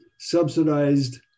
subsidized